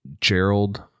Gerald